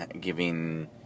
giving